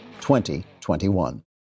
2021